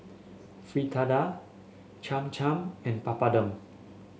Fritada Cham Cham and Papadum